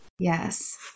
Yes